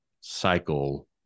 cycle